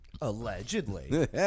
Allegedly